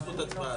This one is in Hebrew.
הצבעה